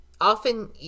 often